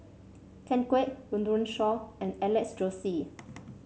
Ken Kwek Run Run Shaw and Alex Josey